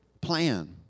plan